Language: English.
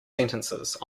sentences